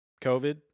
covid